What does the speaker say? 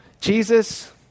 Jesus